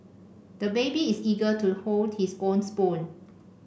the baby is eager to hold his own spoon